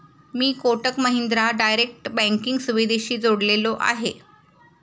मी Kotak Mahindra direct banking सुविधेशी जोडलेलो आहे?